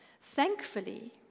Thankfully